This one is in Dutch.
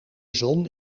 zon